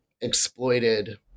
exploited